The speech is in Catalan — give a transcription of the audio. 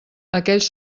aquells